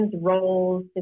roles